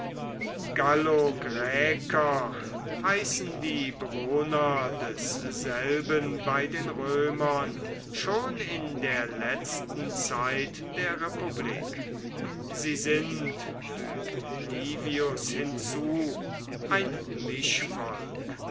heißen die bewohner desselben bei den römern schon in der letzten zeit der republik sie sind fügt livius hinzu ein